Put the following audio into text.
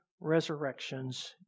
resurrections